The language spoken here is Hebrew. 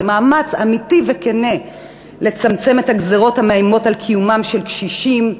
במאמץ אמיתי וכן לצמצם את הגזירות המאיימות על קיומם של קשישים,